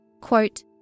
Quote